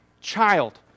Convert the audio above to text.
child